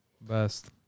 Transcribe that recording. Best